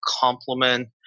complement